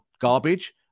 garbage